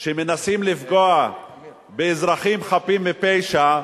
שמנסים לפגוע באזרחים חפים מפשע,